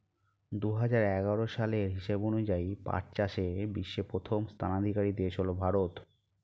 দুহাজার এগারো সালের হিসাব অনুযায়ী পাট চাষে বিশ্বে প্রথম স্থানাধিকারী দেশ হল ভারত